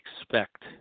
expect